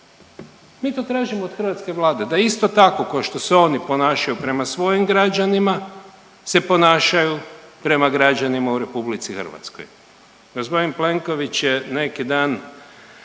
Mi tražimo od hrvatske Vlade da isto tako kao što se oni ponašaju prema svojim građanima se ponašaju prema građanima u RH. Gospodin Plenković je neki dan